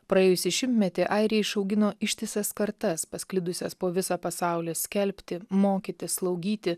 praėjusį šimtmetį airija išaugino ištisas kartas pasklidusias po visą pasaulį skelbti mokyti slaugyti